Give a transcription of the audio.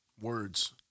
Words